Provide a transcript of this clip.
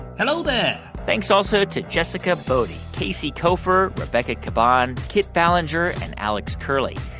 hello there thanks also to jessica boddy, casey koeffer, rebecca caban, kit ballenger and alex curley.